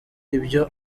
ibyo